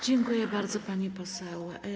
Dziękuję bardzo, pani poseł.